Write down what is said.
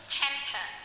temper